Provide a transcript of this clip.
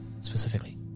specifically